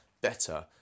better